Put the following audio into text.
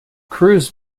cruz